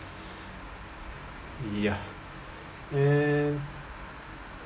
ya eh